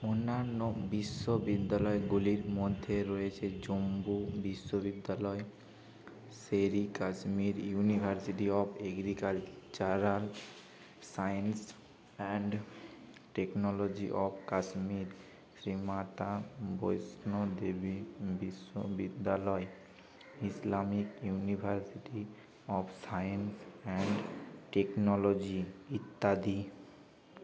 অন্যান্য বিশ্ববিদ্যালয়গুলির মধ্যে রয়েছে জম্বু বিশ্ববিদ্যালয় Sher e Kashmir university of agricultural science and technology of Kashmir Shri Mata Vaishno Devi বিশ্ববিদ্যালয় Islamic university of science and technology ইত্যাদি